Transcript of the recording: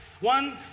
One